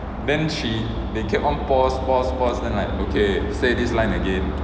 then she they kept on pause pause pause then like okay say this line again